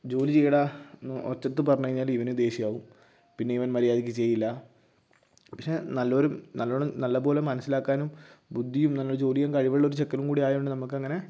ജോലി ചെയ്യടാ എന്ന് ഉച്ചത്തിൽ പറഞ്ഞു കഴിഞ്ഞാൽ ഇവന് ദേഷ്യമാകും പിന്നെ ഇവന് മര്യാദയ്ക്ക് ചെയ്യില്ല പക്ഷെ നല്ലൊരു നല്ല വണ്ണം നല്ലപോലെ മനസ്സിലാക്കാനും ബുദ്ധിയും നല്ല ജോലിയും കഴിവുള്ള ചെക്കനും കൂടി ആയതുകൊണ്ട് നമുക്കങ്ങനെ